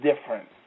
different